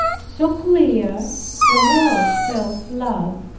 so clear from all self-love.